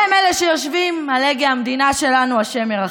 הם אלה שיושבים על הגה המדינה שלנו, השם ירחם.